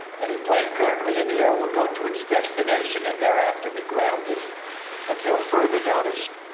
any plane currently in the air will go to its destination and thereafter be grounded until further notice.